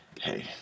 Hey